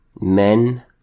Men